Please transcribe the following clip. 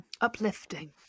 uplifting